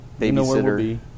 babysitter